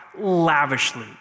lavishly